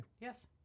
Yes